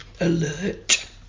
alert